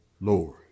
Lord